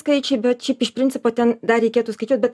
skaičiai bet šiaip iš principo ten dar reikėtų skaičiuot bet